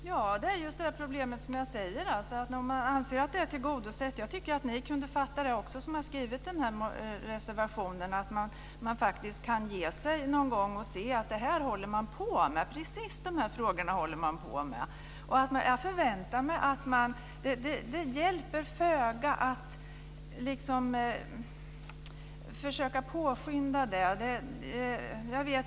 Fru talman! Vi anser att detta är tillgodosett, och jag tycker att ni som har gjort den här reservationen kunde inse att så är fallet. Ni borde förstå att man arbetar precis med de här frågorna. Det hjälper föga att försöka påskynda detta arbete.